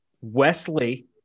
Wesley